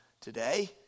today